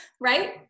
right